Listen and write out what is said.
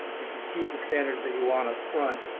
you could keep the standards that you want up front,